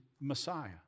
Messiah